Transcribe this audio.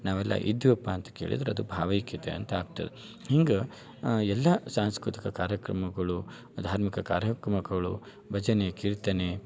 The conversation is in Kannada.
ನಾವೆಲ್ಲ ಇದ್ದೀವಪ್ಪ ಅಂ ಕೇಳಿದ್ರೆ ಅದು ಭಾವೈಕ್ಯತೆ ಅಂತ ಆಗ್ತದೆ ಹಿಂಗೆ ಎಲ್ಲ ಸಾಂಸ್ಕೃತಿಕ ಕಾರ್ಯಕ್ರಮಗಳು ಧಾರ್ಮಿಕ ಕಾರ್ಯಕ್ರಮಗಳು ಭಜನೆ ಕೀರ್ತನೆ